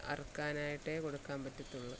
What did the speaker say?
അറക്കാനായിട്ട് കൊടുക്കാൻ പറ്റത്തുള്ളു